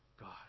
God